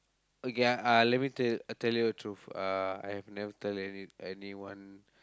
okay uh let me tell you tell you a truth uh I have never tell any~ anyone